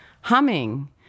Humming